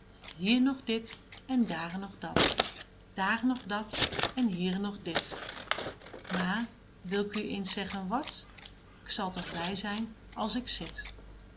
hier nog dit en daar nog dat daar nog dat en hier nog dit maar wil k u eens zeggen wat k zal toch blij zijn als ik zit